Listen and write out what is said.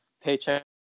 paycheck